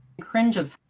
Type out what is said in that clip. cringes